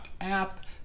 app